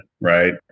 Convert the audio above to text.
right